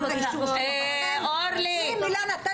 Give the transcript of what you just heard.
אנחנו מנענו את האישור שלו ואתם --- אורלי ומיכל,